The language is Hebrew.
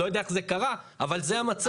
לא יודע איך זה קרה, אבל זה המצב.